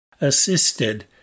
assisted